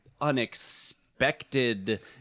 unexpected